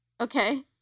Okay